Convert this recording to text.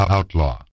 Outlaw